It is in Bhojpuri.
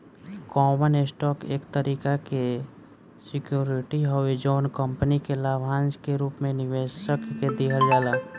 कॉमन स्टॉक एक तरीका के सिक्योरिटी हवे जवन कंपनी के लाभांश के रूप में निवेशक के दिहल जाला